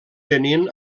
tenien